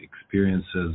experiences